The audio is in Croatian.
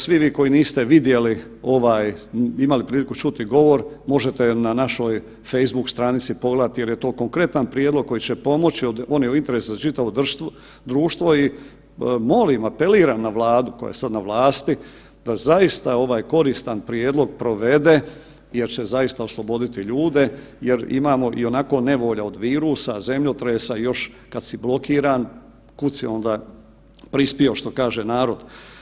Svi vi koji niste vidjeli ovaj, imali priliku čuti govor, možete na našoj facebook stranici pogledati jer je to konkretan prijedlog koji će pomoći, on je u interesu za čitavo društvo i molim, apeliram na Vladu koja je sad na vlasti da zaista ovaj koristan prijedlog provede jer će zaista osloboditi ljude jer imamo ionako nevolja od virusa, zemljotresa i još kad si blokiran kud si onda prispio što kaže narod.